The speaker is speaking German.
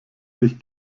sich